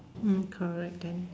mm correct then